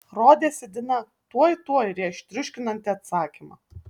rodėsi dina tuoj tuoj rėš triuškinantį atsakymą